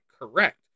correct